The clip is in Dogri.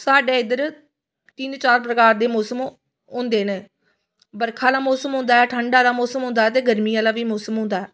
साढ़े इद्धर तिन्न चार प्रकार दे मोसम होंदे न बरखा दा मोसम होंदा ऐ ठण्डा दा मोसम होंदा ऐ उं'दे गर्मी आह्ला बी मोसम बी होंदा ऐ